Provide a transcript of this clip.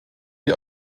die